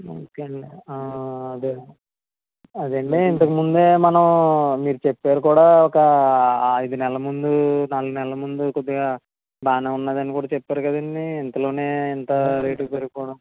ఒకే అండి అదే అదే అండి ఇంతకుముందే మనం మీరు చెప్పారు కూడా ఒక అయిదు నెలల ముందు నాలుగు నెలల ముందు కొద్దిగా బానే ఉన్నాదని కూడా చెప్పారు కదండీ ఇంతలోనే ఎంత రేట్లు పెరిగిపోవడం